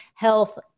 health